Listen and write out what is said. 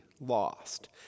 lost